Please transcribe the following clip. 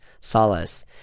solace